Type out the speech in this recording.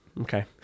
Okay